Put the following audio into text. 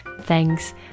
thanks